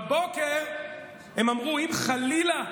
בבוקר הם אמרו: אם חלילה,